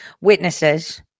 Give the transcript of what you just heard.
Witnesses